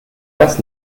das